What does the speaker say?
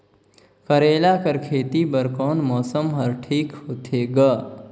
करेला कर खेती बर कोन मौसम हर ठीक होथे ग?